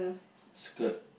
skirt